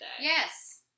Yes